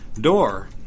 door